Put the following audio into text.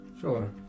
Sure